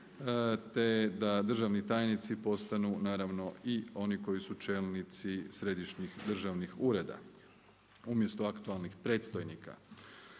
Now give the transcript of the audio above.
te da državni tajnici postanu naravno i oni koji su čelnici središnjih državnih ureda umjesto aktualnih predstojnika.